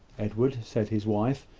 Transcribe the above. edward, said his wife,